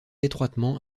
étroitement